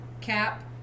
Cap